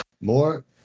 More